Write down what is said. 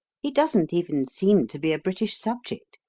he doesn't even seem to be a british subject.